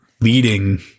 leading